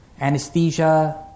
anesthesia